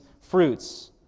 fruits